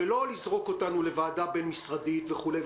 ולא לזרוק אותנו לוועדה בין-משרדית וכולי,